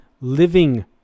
living